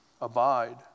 abide